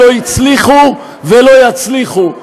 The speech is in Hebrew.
לא הצליחו ולא יצליחו,